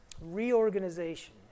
reorganization